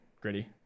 Gritty